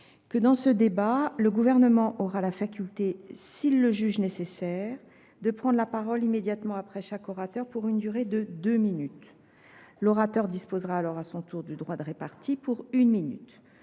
que, dans ce débat, le Gouvernement aura la faculté, s’il le juge nécessaire, de prendre la parole immédiatement après chaque orateur pour une durée de deux minutes ; l’orateur disposera alors à son tour d’un droit de réplique, pour une minute.